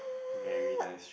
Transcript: very nice